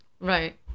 Right